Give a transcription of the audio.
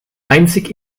einzig